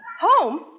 Home